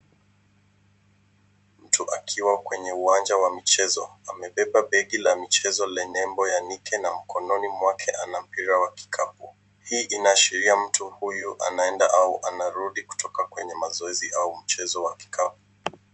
Mtu akiwa kwenye uwanja wa mchezo. Amebeba begi la michezo lenye nembo ya Nike na mkononi mwake ana mpira wa kikapu. Hii inaashiria mtu huyu anaenda au anarudi kutoka kwenye mazoezi au mchezo wa kikapu.